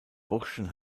burschen